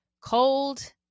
cold